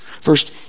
First